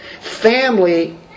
Family